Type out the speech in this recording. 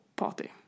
party